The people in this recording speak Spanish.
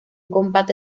combate